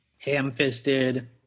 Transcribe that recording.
ham-fisted